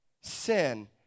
sin